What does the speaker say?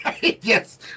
yes